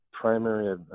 primary